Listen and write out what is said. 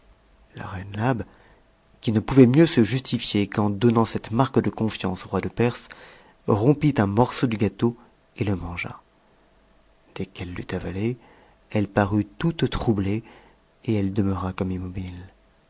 la reine labe qui ne pouvait mieux se justifier qu'en donnant cette marque de confiance au roi de perse rompit un morceau du gâteau et le mangea dès qu'elle l'eut avalé elle parut toute troublée et elle demeura comme immobile